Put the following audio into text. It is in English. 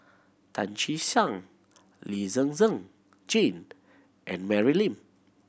Tan Che Sang Lee Zhen Zhen Jane and Mary Lim